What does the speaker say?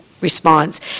response